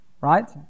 right